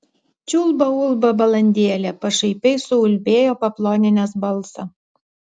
čiulba ulba balandėlė pašaipiai suulbėjo paploninęs balsą